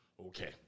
Okay